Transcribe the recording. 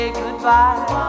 goodbye